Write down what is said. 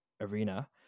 arena